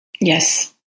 Yes